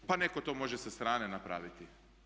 Pa netko to može sa strane napraviti.